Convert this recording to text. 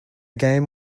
game